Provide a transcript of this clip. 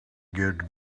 get